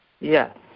Yes